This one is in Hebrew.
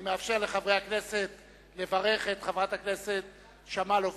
אני מאפשר לחברי הכנסת לברך את חברת הכנסת שמאלוב-ברקוביץ,